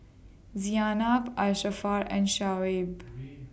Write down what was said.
Asharaff and Shoaib